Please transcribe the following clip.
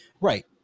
Right